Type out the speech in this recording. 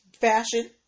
fashion